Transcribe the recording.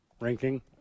ranking